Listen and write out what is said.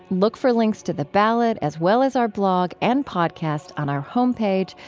look for links to the ballot as well as our blog and podcast on our home page,